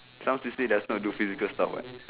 some to say does not do physical stuff [what]